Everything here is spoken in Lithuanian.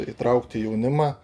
įtraukti jaunimą